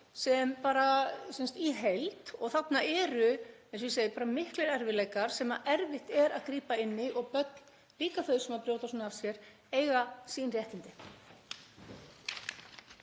mál í heild og þarna eru, eins og ég segi, bara miklir erfiðleikar sem erfitt er að grípa inn í og börn, líka þau sem brjóta af sér, eiga sín réttindi.